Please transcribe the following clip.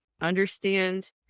understand